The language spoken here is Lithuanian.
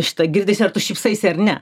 šitą girdisi ar tu šypsaisi ar ne